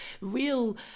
real